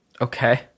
okay